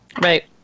Right